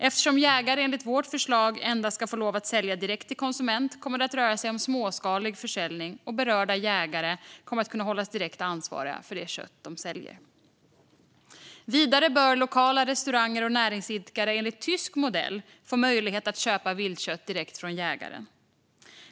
Eftersom jägare enligt vårt förslag endast ska få lov att sälja direkt till konsument kommer det att röra sig om småskalig försäljning, och berörda jägare kommer att kunna hållas direkt ansvariga för det kött de säljer. Vidare bör lokala restauranger och näringsidkare enligt tysk modell få möjlighet att köpa viltkött direkt från jägaren.